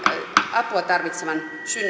apua tarvitsevan synnyttäjän